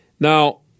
Now